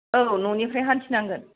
औ न'निफ्राय हान्थिनांगोन